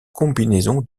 combinaison